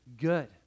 good